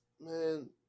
Man